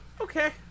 okay